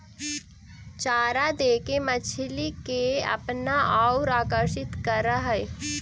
चारा देके मछली के अपना औउर आकर्षित करऽ हई